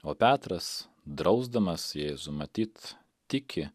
o petras drausdamas jėzų matyt tiki